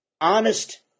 honest